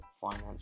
finance